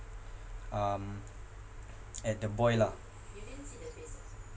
um at the boy lah